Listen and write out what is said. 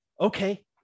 okay